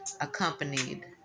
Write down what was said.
accompanied